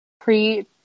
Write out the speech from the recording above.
pre-